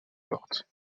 porte